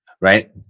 Right